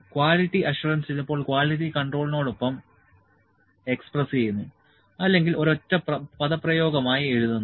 quality assurance ചിലപ്പോൾ quality കൺട്രോളിനോടൊപ്പം express ചെയ്യുന്നു അല്ലെങ്കിൽ ഒരൊറ്റ പദപ്രയോഗമായി എഴുതുന്നു